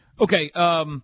Okay